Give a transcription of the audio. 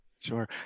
Sure